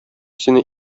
сине